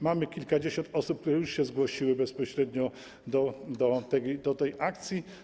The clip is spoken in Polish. Mamy kilkadziesiąt osób, które już się zgłosiły bezpośrednio do tej akcji.